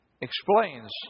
explains